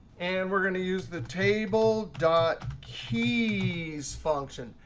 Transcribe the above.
and we're going to use the table dot keys function.